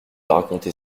raconter